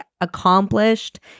accomplished